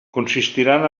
consistiran